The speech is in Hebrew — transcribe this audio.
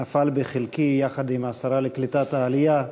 נפל בחלקי, יחד עם השרה לקליטת העלייה,